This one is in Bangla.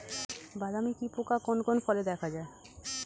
বাদামি কি পোকা কোন কোন ফলে দেখা যায়?